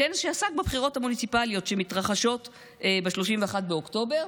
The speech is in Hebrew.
כנס שעסק בבחירות המוניציפליות שיתרחשו ב-31 באוקטובר,